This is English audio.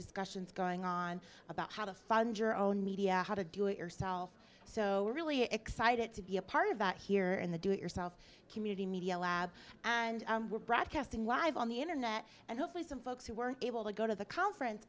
discussions going on about how to fund your own media how to do it yourself so we're really excited to be a part of that here and the do it yourself community media lab and we're broadcasting live on the internet and hopefully some folks who were able to go to the conference